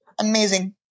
amazing